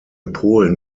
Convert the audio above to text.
polen